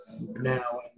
now